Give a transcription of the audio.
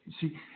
See